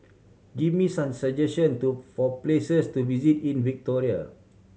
give me some suggestion to for places to visit in Victoria